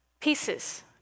pieces